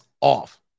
off